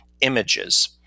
images